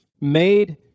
made